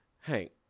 Hank